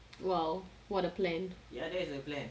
!wow! what a plan